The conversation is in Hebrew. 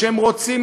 והם רוצים,